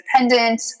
independent